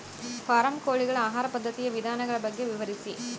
Form ಕೋಳಿಗಳ ಆಹಾರ ಪದ್ಧತಿಯ ವಿಧಾನಗಳ ಬಗ್ಗೆ ವಿವರಿಸಿ?